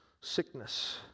sickness